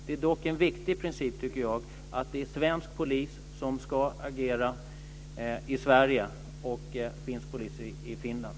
Det är dock en viktig princip att det är svensk polis som ska agera i Sverige och finsk polis i Finland.